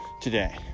today